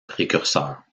précurseur